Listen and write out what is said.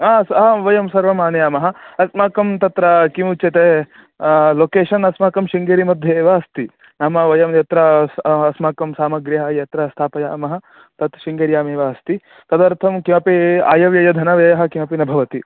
वयं सर्वं आनयामः अस्माकं तत्र किं उच्यते लोकेशन् अस्माकं शृङ्गेरि मध्ये एव अस्ति नाम वयं यत्र अस्मकं सामग्र्यः यत्र स्थापयामः तत् शृङ्गेर्यामेव अस्ति तदर्थं किमपि आयव्ययः धनव्ययः किमपि न भवति